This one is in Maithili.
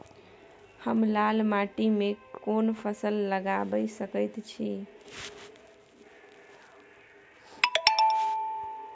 हम लाल माटी में कोन फसल लगाबै सकेत छी?